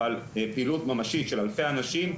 אבל פעילות ממשית של אלפי אנשים,